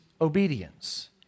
obedience